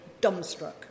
dumbstruck